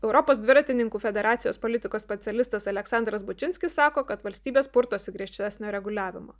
europos dviratininkų federacijos politikos specialistas aleksandras bučinskis sako kad valstybės purtosi griežtesnio reguliavimo